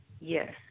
Yes